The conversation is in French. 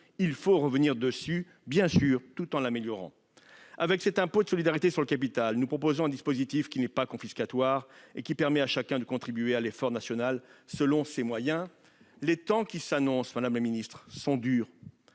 tout en améliorant, bien sûr, cet impôt. Avec cet impôt de solidarité sur le capital, nous proposons un dispositif qui n'est pas confiscatoire et qui permet à chacun de contribuer à l'effort national selon ses moyens. Les temps qui s'annoncent sont durs